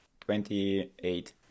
Twenty-eight